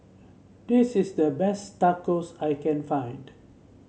this is the best Tacos I can find